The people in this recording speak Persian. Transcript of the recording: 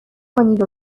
کنید